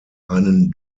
einen